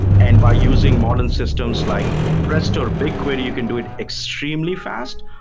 and by using modern systems like presto or bigquery, you can do it extremely fast,